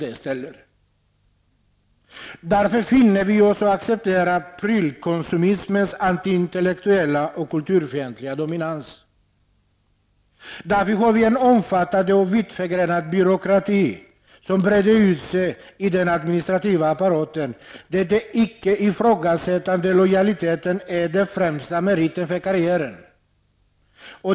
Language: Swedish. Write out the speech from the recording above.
Därför accepterar vi prylkonsumtionens antiintellektuella och kulturfientliga dominans. Därför har vi en omfattande och vitt förgrenad byråkrati, som brer ut sig i den administrativa apparaten, där den icke ifrågasättande lojaliteten är den främsta meriten i karriären.